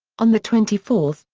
on the twenty fourth,